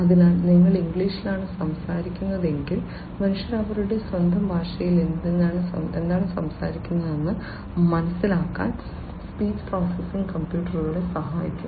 അതിനാൽ നിങ്ങൾ ഇംഗ്ലീഷിലാണ് സംസാരിക്കുന്നതെങ്കിൽ മനുഷ്യർ അവരുടെ സ്വന്തം ഭാഷയിൽ എന്താണ് സംസാരിക്കുന്നതെന്ന് മനസിലാക്കാൻ സ്പീച്ച് പ്രോസസ്സിംഗ് കമ്പ്യൂട്ടറുകളെ സഹായിക്കും